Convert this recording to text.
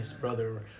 brother